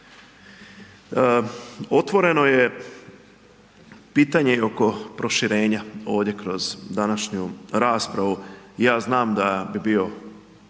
Otvoreno je pitanje i oko proširenje ovdje kroz današnju raspravu. Ja znam da bi bio